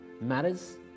matters